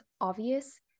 obvious